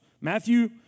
Matthew